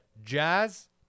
jazz